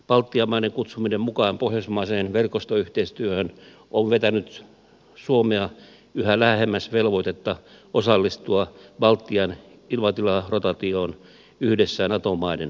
baltian maiden kutsuminen mukaan pohjoismaiseen verkostoyhteistyöhön on vetänyt suomea yhä lähemmäs velvoitetta osallistua baltian ilmatilarotaatioon yhdessä nato maiden kanssa